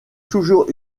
toujours